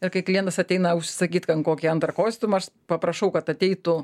ir kai klientas ateina užsisakyt ten kokį antrą kostiumą aš paprašau kad ateitų